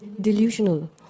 delusional